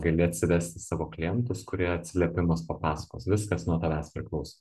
gali atsivesti savo klientus kurie atsiliepimus papasakos viskas nuo tavęs priklauso